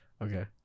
Okay